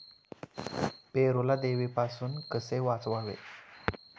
पेरूला देवीपासून कसे वाचवावे?